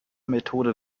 methode